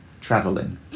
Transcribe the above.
traveling